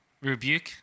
rebuke